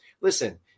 Listen